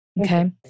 Okay